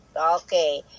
okay